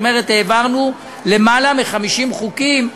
זאת אומרת, העברנו למעלה מ-50 חוקים.